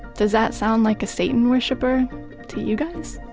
does that sound like a satan worshiper to you guys?